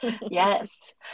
yes